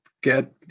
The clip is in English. get